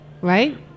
Right